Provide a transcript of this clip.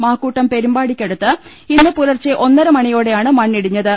മാക്കൂട്ടം പെരു മ്പാടിക്കടുത്ത് ഇന്ന് പുലർച്ചെ ഒന്നരമണിയോടെയാണ് മണ്ണി ടിഞ്ഞത്